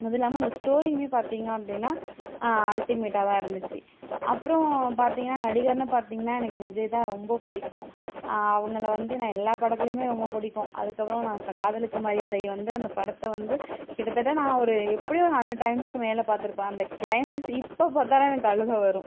அதுவும் இல்லாமல் அந்த ஸ்டோரியுமே பார்த்திங்க அப்படின்னா அல்ட்டிமேட்டாக தான் இருந்துச்சு அப்புறோம் பார்த்திங்கன்னா நடிகர்னு பார்த்திங்கன்னா எனக்கு விஜய் தான் ரொம்ப பிடிக்கும் அவங்கள வந்து நான் எல்லா படத்துலேயுமே ரொம்ப பிடிக்கும் அதுக்கப்புறம் நான் ச காதலுக்கு மரியாதை வந்து அந்த படத்தை வந்து கிட்டத்தட்ட நான் ஒரு எப்படியும் ஹண்ட்ரட் டைம்ஸ்க்கு மேலே பார்த்துருப்பேன் அந்த க்ளைமேக்ஸ் இப்போ பார்த்தாலும் எனக்கு அழுகை வரும்